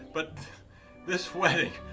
but this wedding,